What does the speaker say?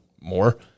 more